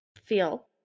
feel